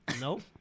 Nope